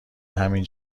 همین